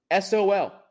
SOL